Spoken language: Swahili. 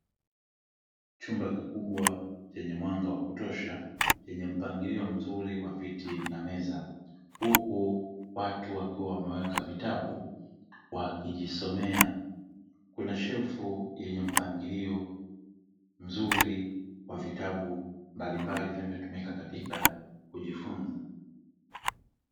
Chumba kikubwa chenye mwanga wa kutosha, chenye mpangilio mzuri wa viti na meza. Huku watu wakiwa wameweka vitabu wakijisomea. Kuna shelfu yenye mpangilio mzuri wa vitabu mbalimbali vinavyotumika katika kujifunza.